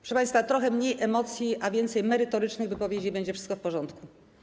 Proszę państwa, trochę mniej emocji, a więcej merytorycznych wypowiedzi i będzie wszystko w porządku.